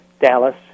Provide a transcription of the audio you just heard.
Dallas